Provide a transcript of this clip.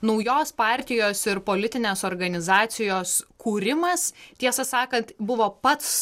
naujos partijos ir politinės organizacijos kūrimas tiesą sakant buvo pats